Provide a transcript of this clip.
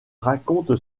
raconte